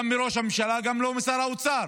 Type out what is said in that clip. לא מראש הממשלה וגם לא משר האוצר,